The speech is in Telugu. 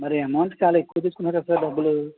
మరి అమౌంట్ చాలా ఎక్కువ తీసుకున్నారు కదా సార్ డబ్బులు